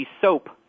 Soap